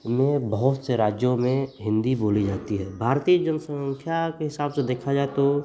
में बहुत से राज्यों में हिन्दी बोली जाती है भारतीय जनसँख्या के हिसाब से देखा जाए तो